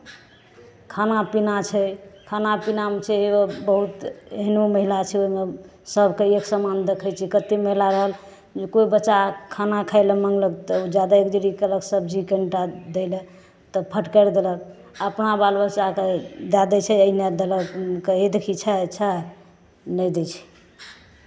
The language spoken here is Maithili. खाना पीना छै खाना पीनामे छै हउएह बहुत एहनो महिला छै ओहिमे सभकेँ एक समान देखै छै कतेक महिला रहल कोइ बच्चा खाना खाय लए मङ्गलक तऽ ओ ज्यादा जिद्द कयलक सब्जी कनि टा दै लए तऽ फटकारि देलक अपना बालबच्चाकेँ दए दै छै अहिने देलक हे देखही छै छै नहि दै छै